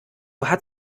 hat